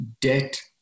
debt